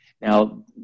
Now